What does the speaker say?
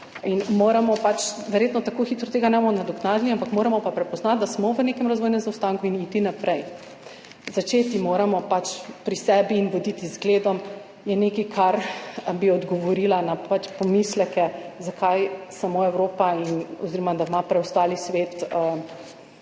zaostanku. Verjetno tako hitro tega ne bomo nadoknadili, vendar pa moramo prepoznati, da smo v nekem razvojnem zaostanku, in iti naprej. Začeti moramo pri sebi in voditi z zgledom. To je nekaj, kar bi odgovorila na pomisleke, zakaj samo Evropa oziroma da ima preostali svet